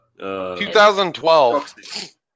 2012